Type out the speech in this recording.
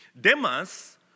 Demas